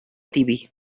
tibi